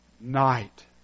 night